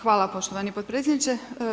Hvala poštovani potpredsjedniče.